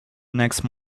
next